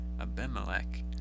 Abimelech